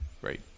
great